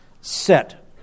set